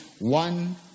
one